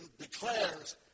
declares